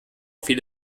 fiel